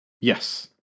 Yes